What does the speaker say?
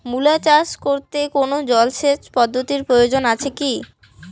মূলা চাষ করতে কোনো জলসেচ পদ্ধতির প্রয়োজন আছে কী?